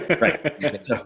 Right